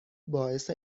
باعث